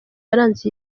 yaranze